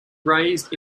raised